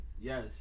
Yes